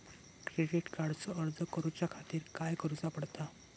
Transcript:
Credit कार्डचो अर्ज करुच्या खातीर काय करूचा पडता?